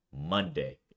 Monday